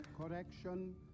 Correction